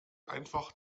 einfach